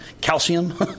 calcium